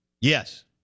Yes